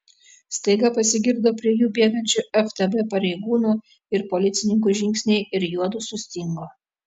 staiga pasigirdo prie jų bėgančių ftb pareigūnų ir policininkų žingsniai ir juodu sustingo